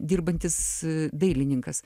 dirbantis dailininkas